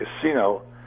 Casino